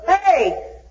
Hey